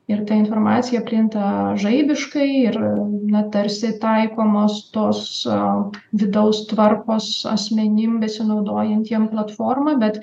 ir ta informacija plinta žaibiškai ir na tarsi taikomos tos vidaus tvarkos asmenim besinaudojantiem platforma bet